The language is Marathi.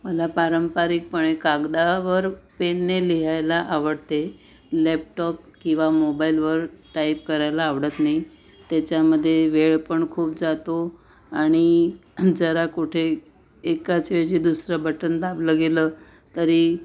मला पारंपरिकपणे कागदावर पेनने लिहायला आवडते लॅपटॉप किंवा मोबाईलवर टाईप करायला आवडत नाही त्याच्यामध्ये वेळ पण खूप जातो आणि जरा कुठे एकाच ऐवजी दुसरं बटन दाबलं गेलं तरी